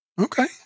Okay